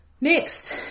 Next